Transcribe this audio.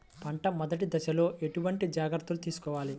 పంట మెదటి దశలో ఎటువంటి జాగ్రత్తలు తీసుకోవాలి?